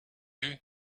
vue